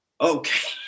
Okay